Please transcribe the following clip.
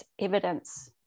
evidence